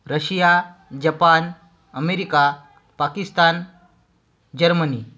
Russia Japan America Pakistan Germany